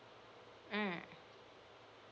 mm